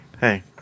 hey